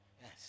Yes